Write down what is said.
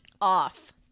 Off